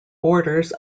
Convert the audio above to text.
borders